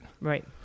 Right